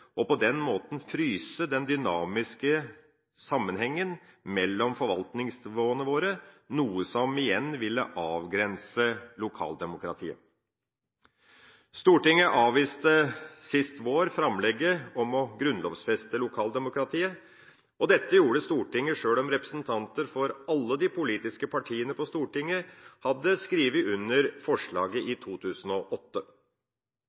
og på den måten fryse den dynamiske sammenhengen mellom forvaltningsnivåene våre, noe som igjen ville avgrense lokaldemokratiet. Stortinget avviste sist vår framlegget om å grunnlovfeste lokaldemokratiet. Dette gjorde Stortinget, sjøl om representanter for alle de politiske partiene på Stortinget hadde skrevet under forslaget